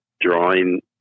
drawing